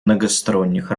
многосторонних